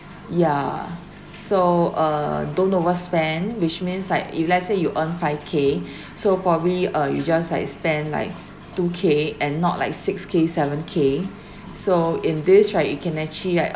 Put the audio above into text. yeah so uh don't overspend which means like you let's say you earn five K so probably uh you just like spend like two K and not like six K seven K so in this right you can actually like